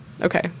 Okay